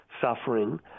suffering